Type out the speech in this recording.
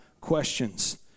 questions